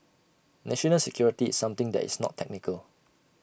national security is something that is not technical